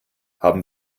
haben